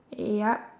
eh yup